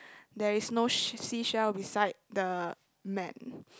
there is no sh~ seashell beside the man